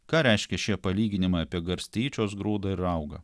ką reiškia šie palyginimai apie garstyčios grūdą ir raugą